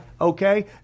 Okay